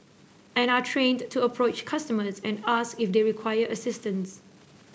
and are trained to approach customers and ask if they require assistance